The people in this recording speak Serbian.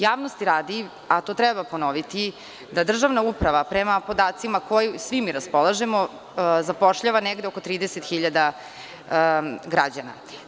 Javnosti radi, a to treba ponoviti da državna uprava prema podacima kojima svi mi raspolažemo zapošljavanegde oko 30 hiljada građana.